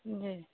जी